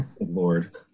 Lord